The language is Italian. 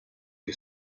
che